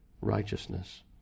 righteousness